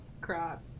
crap